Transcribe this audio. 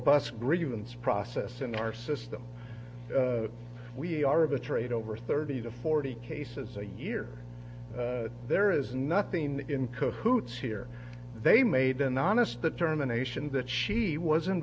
bust grievance process in our system we are of a trade over thirty to forty cases a year there is nothing in co hoots here they made an honest determination that she was